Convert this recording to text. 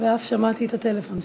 ואף שמעתי את הטלפון שלו.